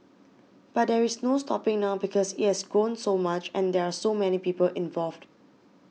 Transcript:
but there is no stopping now because it has grown so much and there are so many people involved